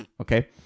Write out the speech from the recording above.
Okay